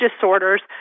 disorders